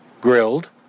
grilled